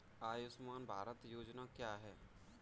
आयुष्मान भारत योजना क्या है?